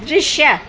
दृश्य